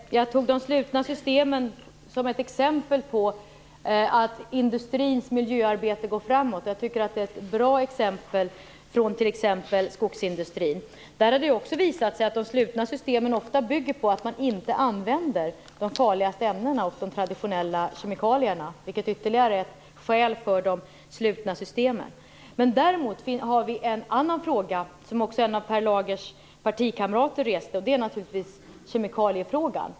Herr talman! Jag tog de slutna systemen som ett exempel på att industrins miljöarbete går framåt. Jag tycker att det är ett bra exempel från t.ex. skogsindustrin. Där har det också visat sig att de slutna systemen ofta bygger på att man inte använder de farligaste ämnena och de traditionella kemikalierna, vilket är ett ytterligare skäl för de slutna systemen. Däremot har vi en annan fråga, som också en av Per Lagers partikamrater reste, nämligen kemikaliefrågan.